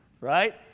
right